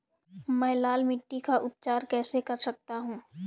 मैं लाल मिट्टी का उपचार कैसे कर सकता हूँ?